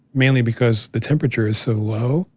mainly because the temperature is so low.